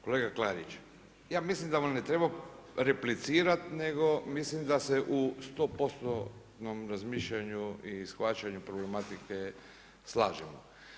Kolega Klarić, ja mislim da vam ne treba replicirati nego mislim da se u 100% u razmišljanju i shvaćanju problematike slažemo.